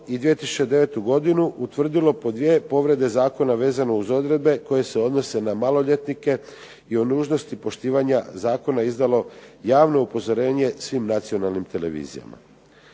i 2009. godinu utvrdilo po dvije povrede zakona vezano uz odredbe koje se odnose na maloljetnike i o nužnosti poštivanja zakona izdalo javno upozorenje svim nacionalnim televizijama.